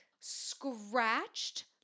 scratched